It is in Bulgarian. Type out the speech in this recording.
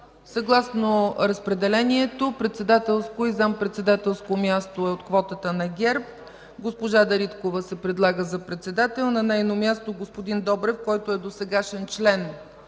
Съгласно разпределението председателското и зам.-председателското място е от квотата на ГЕРБ – госпожа Дариткова се предлага за председател, на нейно място господин Добрев, който е досегашен член